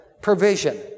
provision